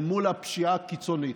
אל מול הפשיעה הקיצונית.